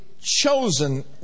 chosen